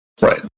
Right